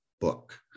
book